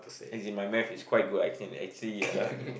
as in my Math is quite good I can actually uh